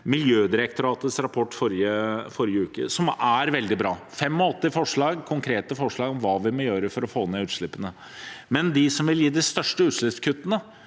Miljødirektoratets rapport fra forrige uke, som er veldig bra. Det er 85 konkrete forslag til hva vi må gjøre for å få ned utslippene. Men det er jo ikke slik at det som vil gi de største utslippskuttene,